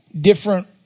different